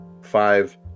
five